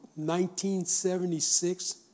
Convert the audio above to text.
1976